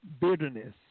bitterness